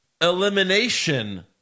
elimination